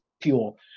Fuel